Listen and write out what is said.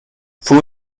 fue